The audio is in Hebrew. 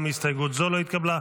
גם הסתייגות זו לא התקבלה.